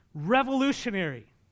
revolutionary